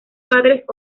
padres